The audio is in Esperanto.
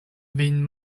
vin